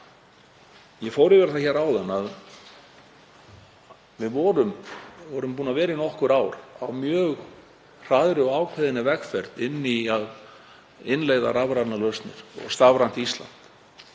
Ég fór yfir það áðan að við erum búin að vera í nokkur ár á mjög hraðri og ákveðinni vegferð í að innleiða rafrænar lausnir, Stafrænt Ísland.